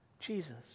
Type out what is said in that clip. Jesus